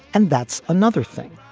and that's another thing.